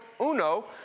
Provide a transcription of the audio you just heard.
UNO